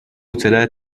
ثلاث